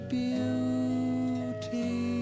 beauty